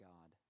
God